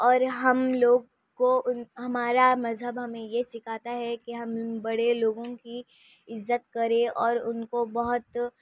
اور ہم لوگ کو ان ہمارا مذہب ہمیں یہ سکھاتا ہے کہ ہم بڑے لوگوں کی عزت کریں اور ان کو بہت